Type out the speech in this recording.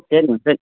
सेनहुसेन